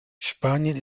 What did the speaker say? spanien